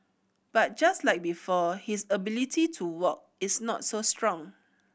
but just like before his ability to walk is not so strong